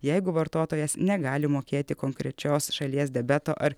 jeigu vartotojas negali mokėti konkrečios šalies debeto ar